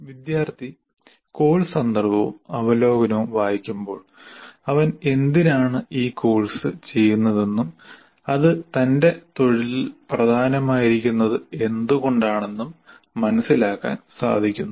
വിദ്യാർത്ഥി കോഴ്സ് സന്ദർഭവും അവലോകനവും വായിക്കുമ്പോൾ അവൻ എന്തിനാണ് ഈ കോഴ്സ് ചെയ്യുന്നതെന്നും അത് തന്റെ തൊഴിലിൽ പ്രധാനമായിരിക്കുന്നത് എന്തുകൊണ്ടാണെന്നും മനസിലാക്കാൻ സാധിക്കുന്നു